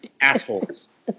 assholes